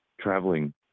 traveling